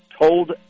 told